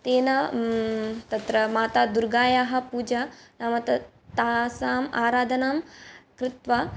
तेन तत्र मातादुर्गायाः पूजा नाम तासाम् आराधनां कृत्वा